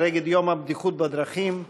לציון יום הבטיחות בדרכים,